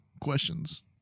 questions